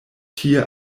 tie